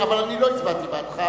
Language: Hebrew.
אבל אני לא הצבעתי בעדך.